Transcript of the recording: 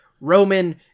Roman